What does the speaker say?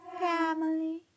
family